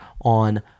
on